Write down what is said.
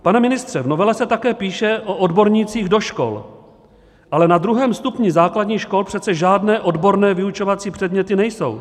Pane ministře, v novele se také píše o odbornících do škol, ale na druhém stupni základních škol přece žádné odborné vyučovací předměty nejsou.